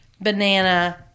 banana